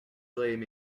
auraient